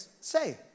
say